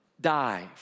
Dive